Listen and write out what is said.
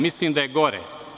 Mislim da je gore.